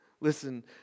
Listen